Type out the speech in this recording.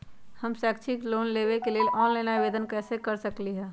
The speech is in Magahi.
हम शैक्षिक लोन लेबे लेल ऑनलाइन आवेदन कैसे कर सकली ह?